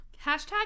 Hashtag